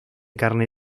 carne